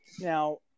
Now